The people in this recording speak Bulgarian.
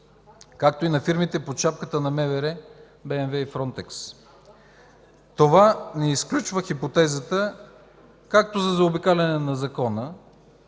както и на фирмите под шапката на МВР, БМВ и „Фронтекс”. Това не изключва хипотезата както за заобикаляне на Закона